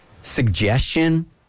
suggestion